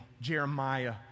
Jeremiah